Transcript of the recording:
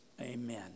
Amen